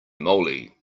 moly